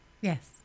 Yes